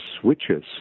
switches